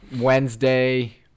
Wednesday